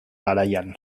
garaian